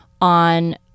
on